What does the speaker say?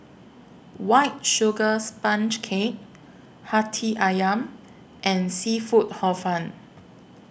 White Sugar Sponge Cake Hati Ayam and Seafood Hor Fun